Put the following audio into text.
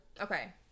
Okay